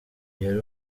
yari